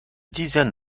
dizaine